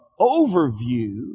overview